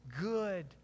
good